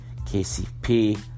KCP